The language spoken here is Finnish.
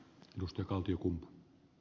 arvoisa puhemies